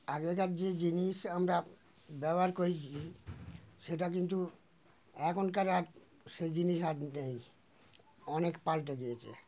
আগেকার যে জিনিস আমরা ব্যবহার করেছি সেটা কিন্তু এখনকার আর সেই জিনিস আর নেই অনেক পালটে গিয়েছে